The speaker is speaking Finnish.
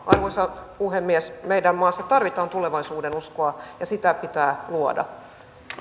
arvoisa puhemies meidän maassa tarvitaan tulevaisuudenuskoa ja sitä pitää luoda